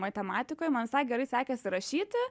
matematikoj man visai gerai sekėsi rašyti